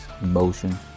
emotion